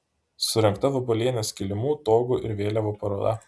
surengta vabalienės kilimų togų ir vėliavų paroda